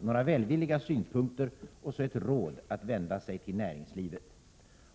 några välvilliga synpunkter och rådet att vända sig till näringslivet.